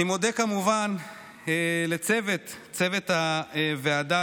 אני מודה כמובן לצוות הוועדה,